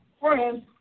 friends